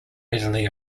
readily